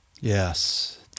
Yes